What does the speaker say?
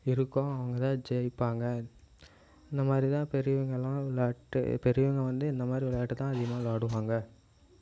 இருக்கோ அவங்க தான் ஜெயிப்பாங்க இந்த மாதிரி தான் பெரியவங்கலாம் விளையாட்டு பெரியவங்க வந்து இந்த மாதிரி விளையாட்டை தான் அதிகமாக விளாடுவாங்க